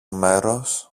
μέρος